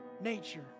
nature